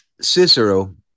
Cicero